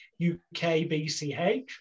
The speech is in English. UKBCH